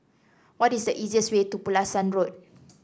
what is the easiest way to Pulasan Road